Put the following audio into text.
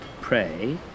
pray